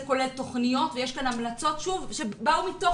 זה כולל תכניות ויש כאן המלצות שבאו מתוך